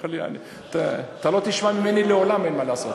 חלילה, לא תשמע ממני לעולם: אין מה לעשות.